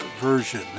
version